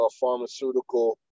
pharmaceutical